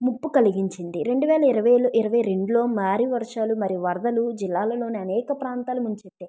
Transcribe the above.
ముప్పు కలిగించింది రెండువేల ఇరవైలో ఇరవై రెండులో మారి వర్షాలు మరియు వరదలు జిల్లాలోని అనేక ప్రాంతాలను ముంచెత్తాయి